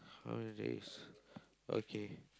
how many days okay